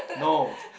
no